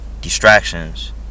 distractions